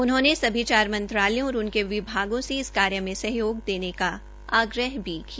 उन्होंने सभी चार मंत्रालयों और उनके विभागों से इस कार्य मे सहयोग देने का आग्रह किया